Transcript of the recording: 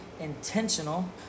intentional